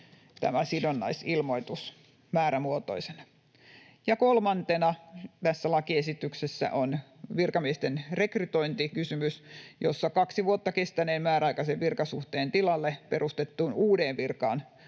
tämä sidonnaisuusilmoitus määrämuotoisena. Ja kolmantena tässä lakiesityksessä on virkamiesten rekrytointikysymys, jossa kaksi vuotta kestäneen määräaikaisen virkasuhteen tilalle perustettuun uuteen virkaan